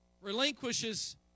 relinquishes